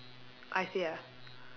I say ah